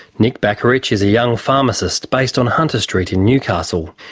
nick barkarich is a young pharmacist based on hunter street in newcastle.